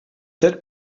that